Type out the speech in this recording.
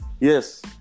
yes